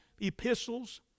epistles